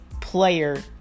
player